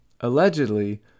Allegedly